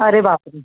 अरे बाप रे